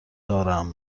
دارم